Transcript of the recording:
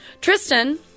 Tristan